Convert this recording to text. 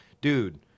dude